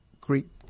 Greek